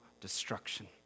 Destruction